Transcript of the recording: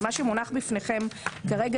זה מה שמונח בפניכם כרגע,